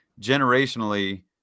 generationally